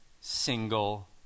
single